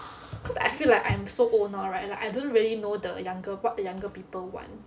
cause I feel like I'm so old now right like I don't really know the younger what the younger people want